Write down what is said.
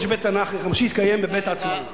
שבית-התנ"ך ימשיך להתקיים בבית-העצמאות.